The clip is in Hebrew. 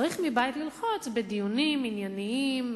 צריך מבית ללחוץ בדיונים ענייניים,